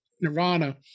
Nirvana